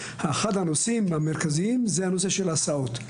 אחד הנושאים המרכזיים הוא הנושא של הסעות.